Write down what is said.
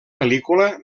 pel·lícula